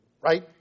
Right